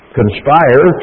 conspire